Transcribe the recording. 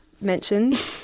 mentioned